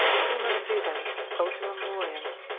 primum vivens, ultimum moriens,